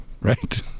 right